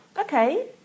Okay